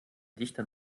dichter